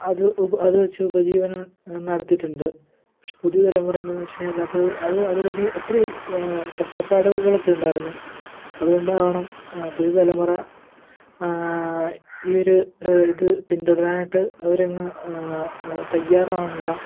അത് ഉപ അത് വെച്ച് ഉപജീവനം നടത്തിയിട്ടുണ്ട് പക്ഷേ പുതിയ തലമുറ എന്തെന്ന് വെച്ച് കഴിഞ്ഞാലത് അത് അതിലൊര് ഒത്തിരി കഷ്ടപ്പാടുകളൊക്കെ ഉണ്ടായിരുന്നു അതുകൊണ്ടവണം പുതുതലമുറ ഈ ഒര് ഇത് പിന്തുടരാനായിട്ട് അവരങ്ങ് തയ്യാറാവണില്ല